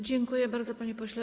Dziękuję bardzo, panie pośle.